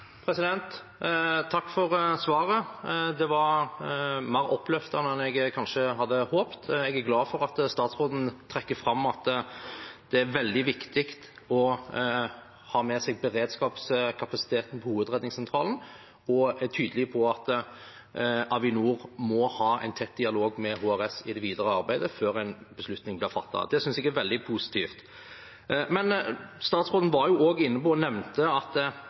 Takk for svaret. Det var mer oppløftende enn jeg kanskje hadde kunnet håpe. Jeg er glad for at statsråden trekker fram at det er veldig viktig å ha med seg beredskapskapasiteten på Hovedredningssentralen og er tydelig på at Avinor må ha en tett dialog med HRS i det videre arbeidet før en beslutning blir fattet. Det synes jeg er veldig positivt. Men statsråden nevnte også at Avinor opplever nedgang i økonomien på grunn av korona, og at